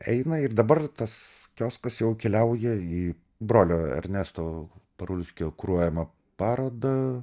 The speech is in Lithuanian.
eina ir dabar tas kioskas jau keliauja į brolio ernesto parulskio kuruojamą parodą